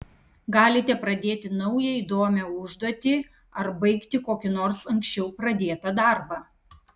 galite pradėti naują įdomią užduotį ar baigti kokį nors anksčiau pradėtą darbą